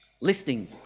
Listening